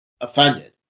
offended